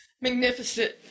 magnificent